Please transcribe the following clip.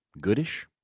Goodish